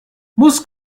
most